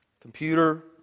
computer